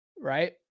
right